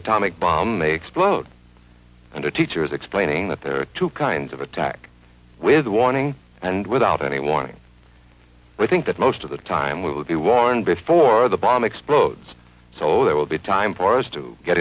atomic bomb explodes and her teacher is explaining that there are two kinds of attack with a warning and without any warning i think that most of the time we will be warned before the bomb explodes so there will be time for us to get